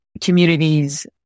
communities